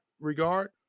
regard